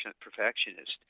perfectionist